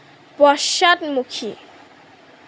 পশ্চাদমুখী